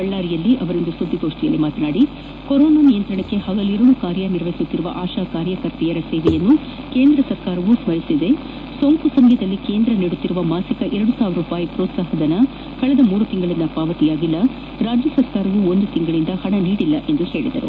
ಬಳ್ಳಾರಿಯಂದು ಸುದ್ದಿಗೋಷ್ಚಿಯಲ್ಲಿ ಮಾತನಾಡಿದ ಅವರು ಕೊರೊನಾ ನಿಯಂತ್ರಣಕ್ಕೆ ಹಗಲಿರುಳು ಕಾರ್ಯನಿರ್ವಹಿಸುವ ಆಶಾ ಕಾರ್ಯಕರ್ತೆಯರ ಸೇವೆಯನ್ನು ಕೇಂದ್ರ ಸರ್ಕಾರವೂ ಸ್ಮರಿಸಿದೆ ಸೋಂಕು ಸಮಯದಲ್ಲಿ ಕೇಂದ್ರ ನೀಡುತ್ತಿರುವ ಮಾಸಿಕ ಎರಡು ಸಾವಿರ ರೂಪಾಯಿ ಪ್ರೋತ್ಪಾಹ ಧನ ಕಳೆದ ಮೂರು ತಿಂಗಳಿಂದ ಪಾವತಿಯಾಗಿಲ್ಲ ರಾಜ್ಯ ಸರ್ಕಾರವೂ ಒಂದು ತಿಂಗಳಿಂದ ಹಣ ನೀಡಿಲ್ಲ ಎಂದು ಹೇಳಿದರು